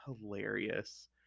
hilarious